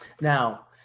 Now